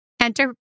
Enter